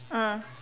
ah